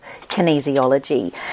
kinesiology